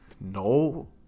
no